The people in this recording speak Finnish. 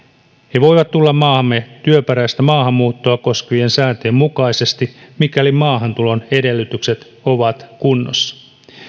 he voivat tulla maahamme työperäistä maahanmuuttoa koskevien sääntöjen mukaisesti mikäli maahantulon edellytykset ovat kunnossa